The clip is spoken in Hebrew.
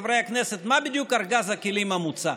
חברי הכנסת: מה בדיוק ארגז הכלים המוצע?